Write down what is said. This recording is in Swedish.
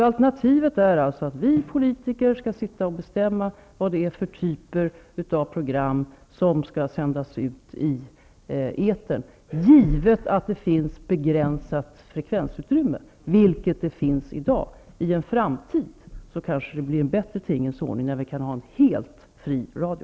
Alternativet är alltså att vi politiker skall bestämma vilken typ av program som skall sändas ut i etern, med tanke på att det finns begränsat frekvensutrymme som i dag. I framtiden blir det kanske en bättre tingens ordning, så att vi kan ha en helt fri radio.